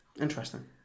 Interesting